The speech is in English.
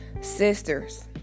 Sisters